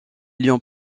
lions